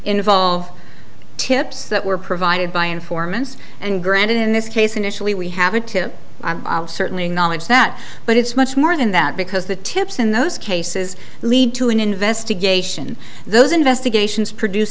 involve tips that were provided by informants and granted in this case initially we have a tip certainly knowledge that but it's much more than that because the tips in those cases lead to an investigation those investigations produce